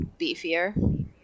beefier